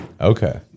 Okay